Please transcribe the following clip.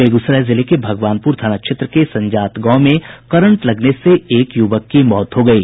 बेगूसराय जिले के भगवानपुर थाना क्षेत्र के संजात गांव में करंट लगने से एक युवक की मौत हो गयी